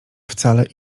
wcale